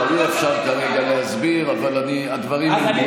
אי-אפשר כרגע להסביר, אבל הדברים ברורים.